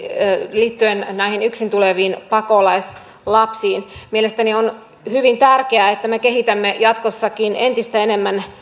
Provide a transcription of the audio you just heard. liittyen näihin yksin tuleviin pakolaislapsiin mielestäni on hyvin tärkeää että me kehitämme jatkossakin entistä enemmän